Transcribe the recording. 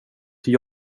till